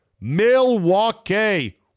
Milwaukee